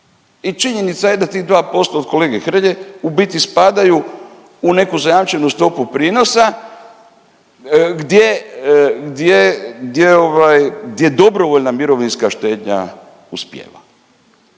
I činjenica je da tih 2% od kolege Hrelje, u biti spadaju u neku zajamčenu stopu prinosa gdje, gdje, gdje ovaj gdje dobrovoljna mirovinska štednja uspijeva.